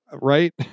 Right